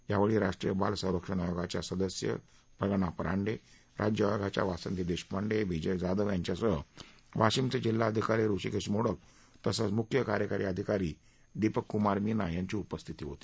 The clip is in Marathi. या वेळी राष्ट्रीय बाल संरक्षण आयोगाच्या सदस्य प्रगणा परांडे राज्य आयोगाच्या वासंती देशपांडे विजय जाधव यांच्यासह वाशीमचे जिल्हाधिकारी हृषीकेश मोडक तसंच मुख्यकार्यकारी अधिकारी दीपकक्मार मीना यांची उपस्थिती होती